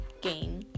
game